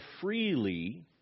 freely